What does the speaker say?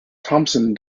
thompson